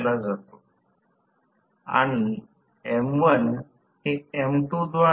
तर त्याचे समकक्ष म्हणजे r Thevenin j x Thevenin असेल